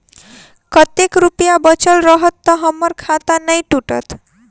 कतेक रुपया बचल रहत तऽ हम्मर खाता नै टूटत?